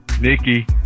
Nikki